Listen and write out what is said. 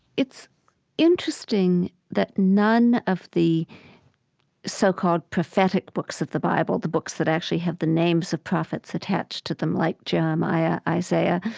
it's interesting that none of the so-called prophetic books of the bible, the books that actually have the names of prophets attached to them, like jeremiah, isaiah,